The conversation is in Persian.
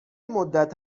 مدت